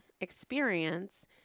Experience